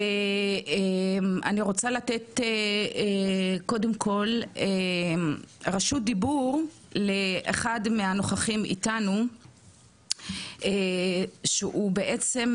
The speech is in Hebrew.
ואני רוצה לתת קודם כל רשות דיבור לאחד מהנוכחים איתנו שהוא בעצם,